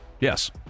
yes